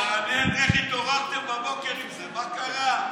מעניין, מעניין איך התעוררתם בבוקר עם זה, מה קרה.